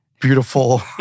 beautiful